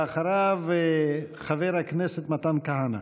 ואחריו, חבר הכנסת מתן כהנא.